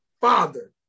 father